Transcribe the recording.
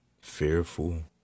fearful